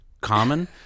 common